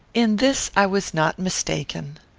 in this i was not mistaken.